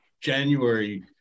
January